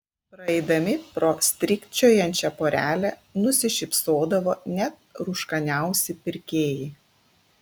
praeidami pro strykčiojančią porelę nusišypsodavo net rūškaniausi pirkėjai